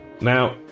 Now